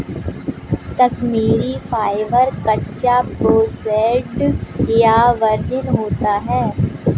Kashmiri fibre, कच्चा, processed या virgin होता है